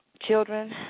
Children